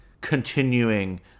continuing